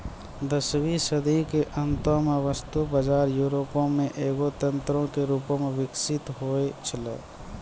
दसवीं सदी के अंतो मे वस्तु बजार यूरोपो मे एगो तंत्रो के रूपो मे विकसित होय छलै